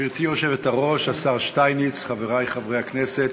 גברתי היושבת-ראש, השר שטייניץ, חברי חברי הכנסת,